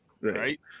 Right